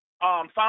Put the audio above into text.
found